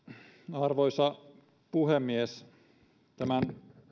arvoisa puhemies tämän